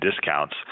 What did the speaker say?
discounts